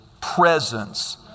presence